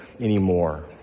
anymore